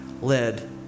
led